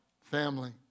family